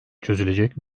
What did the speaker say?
çözülecek